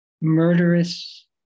murderous